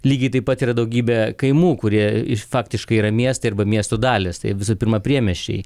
lygiai taip pat yra daugybė kaimų kurie faktiškai yra miestai arba miesto dalys tai visų pirma priemiesčiai